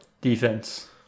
Defense